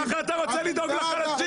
ככה אתה רוצה לדאוג לחלשים?